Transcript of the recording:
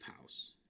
house